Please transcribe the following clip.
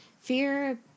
fear